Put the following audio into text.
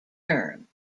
term